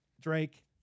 Drake